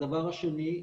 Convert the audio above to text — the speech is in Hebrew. הדבר השני,